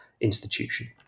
institution